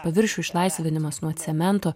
paviršių išlaisvinimas nuo cemento